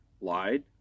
lied